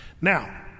Now